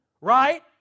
Right